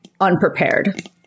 unprepared